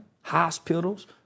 hospitals